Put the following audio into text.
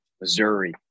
Missouri